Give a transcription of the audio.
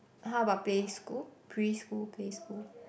how about pay school preschool pay school